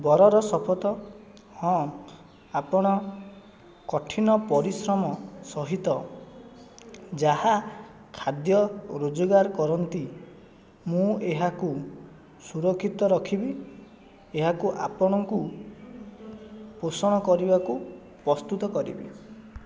ବରର ଶପଥ ହଁ ଆପଣ କଠିନ ପରିଶ୍ରମ ସହିତ ଯାହା ଖାଦ୍ୟ ରୋଜଗାର କରନ୍ତି ମୁଁ ଏହାକୁ ସୁରକ୍ଷିତ ରଖିବି ଏହାକୁ ଆପଣଙ୍କୁ ପୋଷଣ କରିବାକୁ ପ୍ରସ୍ତୁତ କରିବି